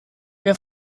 wer